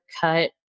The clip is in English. cut